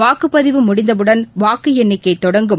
வாக்குப்பதிவு முடிந்தவுடன் வாக்கு எண்ணிக்கை தொடங்கும்